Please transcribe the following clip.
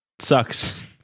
sucks